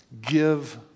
Give